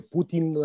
Putin